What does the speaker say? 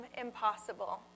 impossible